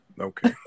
Okay